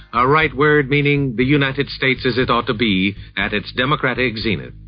a wright word meaning the united states as it ought to be at its democratic zenith.